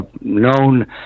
known